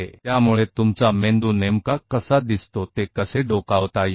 तो आप कैसे झांकते हैं आप वास्तव में मस्तिष्क को कैसे देखते हैं